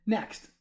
Next